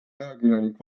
ajakirjanik